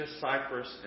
Cyprus